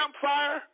campfire